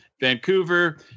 Vancouver